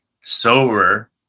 sober